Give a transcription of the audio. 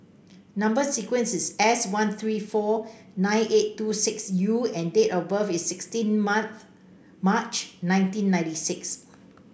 number sequence is S one three four nine eight two six U and date of birth is sixteen Maths March nineteen ninety six